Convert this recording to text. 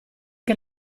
che